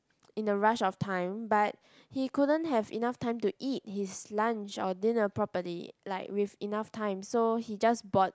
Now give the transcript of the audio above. in a rush of time but he couldn't have enough time to eat his lunch or dinner properly like with enough time so he just bought